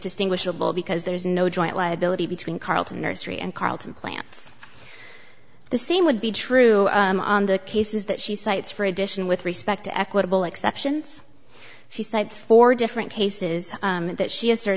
distinguishable because there is no joint liability between carlton nursery and carlton plants the same would be true on the cases that she cites for addition with respect to equitable exceptions she cites four different cases that she as